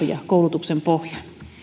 koulutuksen pohja